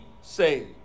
saved